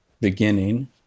beginning